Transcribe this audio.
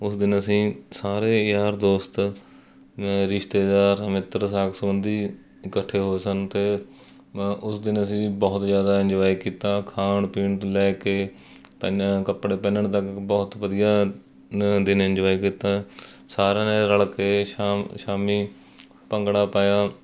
ਉਸ ਦਿਨ ਅਸੀਂ ਸਾਰੇ ਯਾਰ ਦੋਸਤ ਰਿਸ਼ਤੇਦਾਰ ਮਿੱਤਰ ਸਾਕ ਸੰਬੰਧੀ ਇਕੱਠੇ ਹੋਏ ਸਨ ਅਤੇ ਉਸ ਦਿਨ ਅਸੀਂ ਬਹੁਤ ਜ਼ਿਆਦਾ ਇੰਜੋਏ ਕੀਤਾ ਖਾਣ ਪੀਣ ਤੋ ਲੈ ਕੇ ਪਹਿਨ ਕੱਪੜੇ ਪਹਿਨਣ ਤੱਕ ਬਹੁਤ ਵਧੀਆ ਦਿਨ ਇੰਜੋਏ ਕੀਤਾ ਸਾਰਿਆਂ ਨੇ ਰਲ ਕੇ ਸ਼ਾਮ ਸ਼ਾਮੀ ਭੰਗੜਾ ਪਾਇਆ